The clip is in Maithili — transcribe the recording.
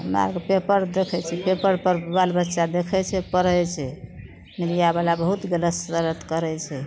हमरा आओरके पेपर देखै छिए पेपरपर बालबच्चा देखै छै पढ़ै छै मीडिआवला बहुत गलत सलत करै छै